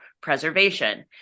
preservation